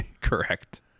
Correct